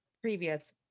previous